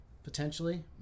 Potentially